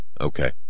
Okay